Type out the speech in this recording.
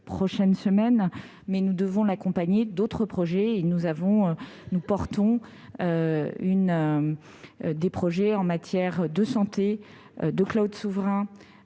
prochaines semaines. Mais nous devons l'accompagner d'autres projets. C'est pourquoi nous portons des projets en matière de santé, de souverain,